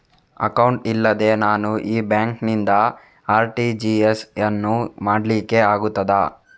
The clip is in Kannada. ಅಕೌಂಟ್ ಇಲ್ಲದೆ ನಾನು ಈ ಬ್ಯಾಂಕ್ ನಿಂದ ಆರ್.ಟಿ.ಜಿ.ಎಸ್ ಯನ್ನು ಮಾಡ್ಲಿಕೆ ಆಗುತ್ತದ?